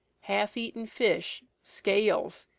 half-eaten fish, scales,